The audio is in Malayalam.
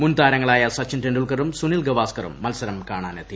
മുൻതാരങ്ങളായ സച്ചിൻ ടെൻഡുൽക്കറും സുനിൽ ഗവാസ്ക്കറും മത്സരം കാണാനെത്തി